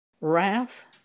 wrath